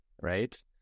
Right